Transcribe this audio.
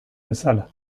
bezala